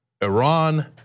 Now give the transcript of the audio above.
Iran